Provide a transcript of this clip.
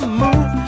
move